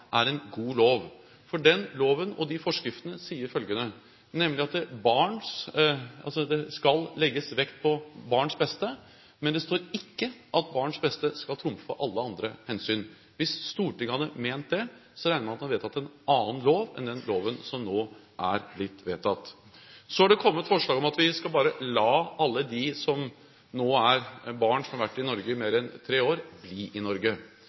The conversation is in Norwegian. er en god lov. Den loven og de forskriftene sier nemlig at det skal legges vekt på barns beste, men det står ikke at barns beste skal trumfe alle andre hensyn. Hvis Stortinget hadde ment det, regner jeg med at de hadde vedtatt en annen lov enn den loven som nå er blitt vedtatt. Det har kommet forslag om at vi skal la alle barn som har vært i Norge i mer enn tre år, få bli i Norge.